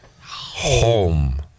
Home